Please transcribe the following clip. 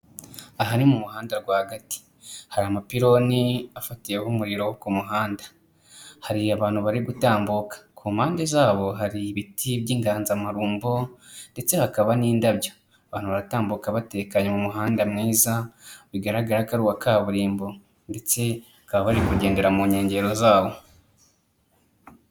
Aha ni mu muhanda rwagati hari amapironi afatiyeho umuriro ku muhanda, hari abantu bari gutambuka ku mpande zabo hari ibiti by'inganzamarumbo ndetse hakaba n'indabyo, abantu baratambuka batekanye mu muhanda mwiza bigaragara ko ari uwa kaburimbo ndetse bakaba bari kugendera mu nkengero zawo.